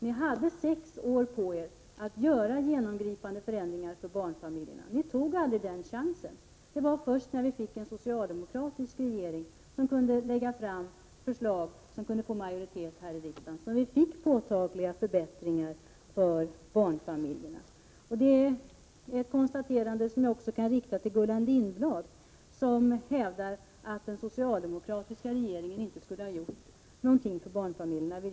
Ni hade sex år på er att göra genomgripande förbättringar för barnfamiljerna. Ni tog aldrig den chansen. Det var först när vi fick en socialdemokratisk regering som kunde lägga fram förslag vilka kunde få majoritet i riksdagen som vi fick påtagliga förbättringar för barnfamiljerna. Det är ett konstaterande som jag också kan rikta till Gullan Lindblad. Hon hävdar att den socialdemokratiska regeringen inte skulle ha gjort någonting för barnfamiljerna.